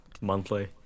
monthly